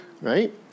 right